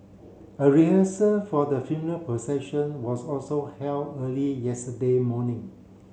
a rehearsal for the funeral procession was also held early yesterday morning